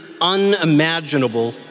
unimaginable